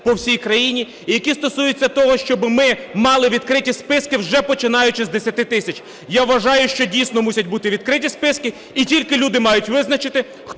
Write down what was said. по всій країні, і які стосуються того, щоб ми мали відкриті списки, вже починаючи з 10 тисяч. Я вважаю, що, дійсно, мусять бути відкриті списки, і тільки люди мають визначити,